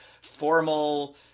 formal